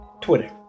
twitter